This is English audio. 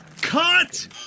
Cut